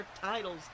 titles